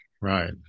Right